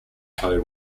code